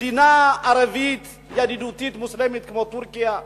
מדינה ערבית ידידותית מוסלמית כמו טורקיה.